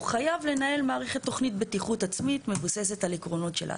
הוא חייב לנהל מערכת תוכנית בטיחות עצמית מבוססת על עקרונות של הס"פ.